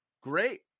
Great